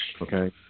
Okay